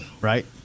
Right